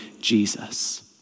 Jesus